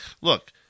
Look